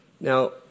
Now